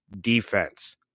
defense